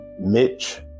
mitch